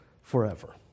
forever